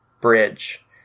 bridge